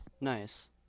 Nice